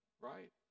right